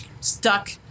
stuck